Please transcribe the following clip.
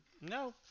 no